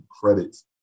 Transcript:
credits